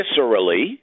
viscerally